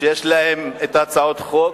שיש להם הצעות חוק,